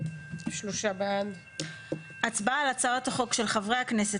אושר הצבעה על הצעת החוק של חברת הכנסת